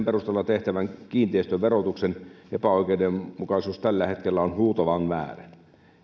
perusteella tehtävän kiinteistöverotuksen epäoikeudenmukaisuus on tällä hetkellä huutavan väärä